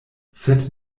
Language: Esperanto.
sed